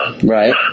right